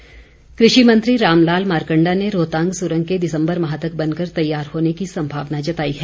पर्यटन उत्सव कृषि मंत्री रामलाल मारकण्डा ने रोहतांग सुरंग के दिसम्बर माह तक बनकर तैयार होने की संभावना जताई है